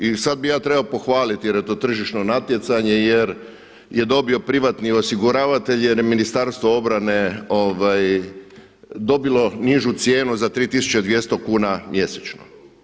I sada bih ja trebao pohvaliti jer je to tržišno natjecanje jer je dobio privatni osiguravatelj jer je Ministarstvo obrane dobilo nižu cijenu za 3.200 kuna mjesečno.